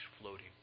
floating